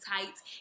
tights